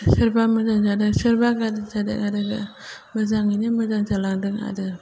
सोरबा मोजां जादों सोरबा गाज्रि जादों आरो मोजाङैनो मोजां जालांदों आरो